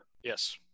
Yes